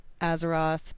Azeroth